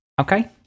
okay